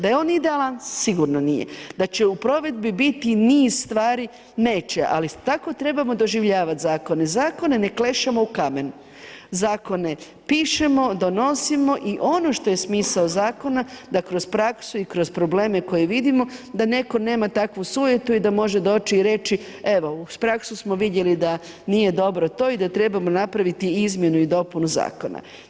Da je on idealan sigurno nije, da će u provedbi biti niz stvari, neće, ali tako trebamo doživljavati zakone, zakone ne klešemo u kamen, zakone pišemo, donosimo i ono što je smisao zakona da kroz praksu i kroz probleme koje vidimo da netko nema takvu sujetu i da može doći i reći, evo uz praksu smo vidjeli da nije dobro to i da trebamo napraviti izmjenu i dopunu zakona.